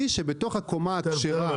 נקודתית, שבתוך הקומה הכשרה